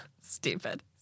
Stupid